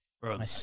Bro